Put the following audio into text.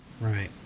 Right